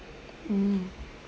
um